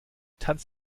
tanz